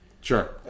Sure